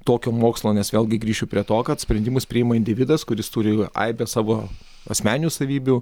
tokio mokslo nes vėlgi grįšiu prie to kad sprendimus priima individas kuris turi aibę savo asmeninių savybių